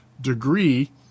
degree